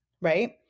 right